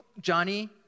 Johnny